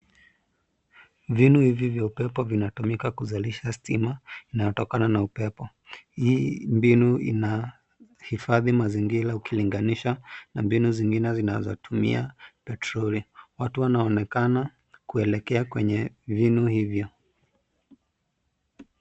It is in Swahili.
Vinu hivi vya upepo vinatumika kuzalisha stima inayo tokana na upepo. Hii mbinu ina hifadhi mazingira ukilinganisha na mbinu zingine zinazo tumia petrol. Watu wanaonekana kuelekea kwenye vinu hivyo.